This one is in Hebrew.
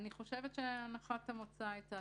הנחת המוצא הייתה